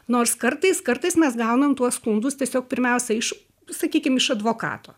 nors kartais kartais mes gaunam tuos skundus tiesiog pirmiausia iš sakykim iš advokato